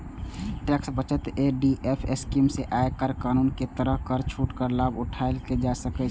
tax बचत FD scheme सं आयकर कानून के तहत कर छूटक लाभ उठाएल जा सकैए